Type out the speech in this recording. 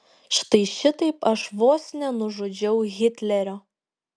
štai šitaip aš vos nenužudžiau hitlerio